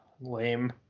lame